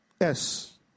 Yes